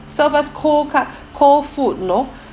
serve us cold cold food you know